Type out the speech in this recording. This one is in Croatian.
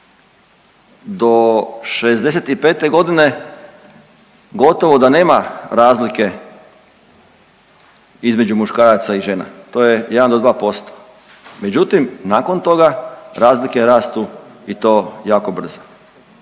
Do '65. godine gotovo da nema razlike između muškaraca i žena, to je 1 do 2%. Međutim, nakon toga razlike rastu i to jako brzo.